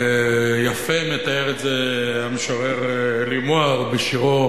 ויפה מתאר את זה המשורר עלי מוהר בשירו